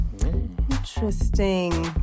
Interesting